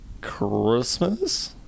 Christmas